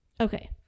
Okay